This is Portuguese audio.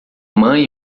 mãe